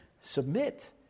submit